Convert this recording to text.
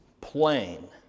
plain